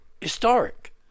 historic